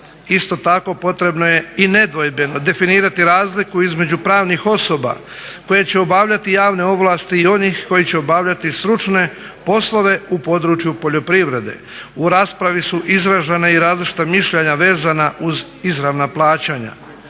Isto tako potrebno je i nedvojbeno definirati razliku između pravnih osoba koje će obavljati javne ovlasti i onih koji će obavljati stručne poslove u području poljoprivrede. U raspravi su izražena i različita mišljenja vezana uz izravna plaćanja.